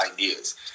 ideas